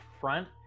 front